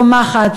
צומחת,